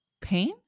pain